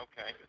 Okay